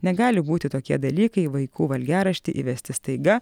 negali būti tokie dalykai vaikų valgiarašty įvesti staiga